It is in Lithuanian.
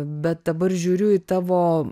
bet dabar žiūriu į tavo